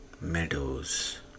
meadows